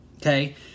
Okay